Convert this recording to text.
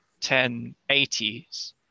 1080s